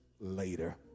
later